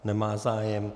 Nemá zájem.